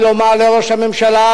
באתי לומר לראש הממשלה,